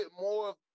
more